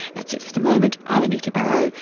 that's it for the moment. i'm anita barraud.